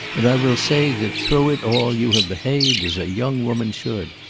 and i will say that through it all you have behaved as a young woman should.